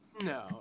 No